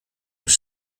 were